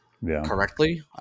Correctly